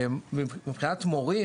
מבחינת מורים,